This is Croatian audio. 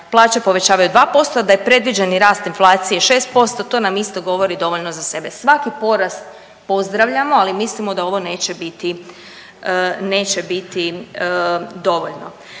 plaće povećavaju 2%, a da je predviđeni rast inflacije 6%, to nam isto govori dovoljno za sebe. Svaki porast pozdravljamo, ali mislimo da ovo neće biti,